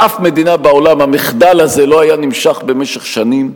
באף מדינה בעולם המחדל הזה לא היה נמשך במשך שנים.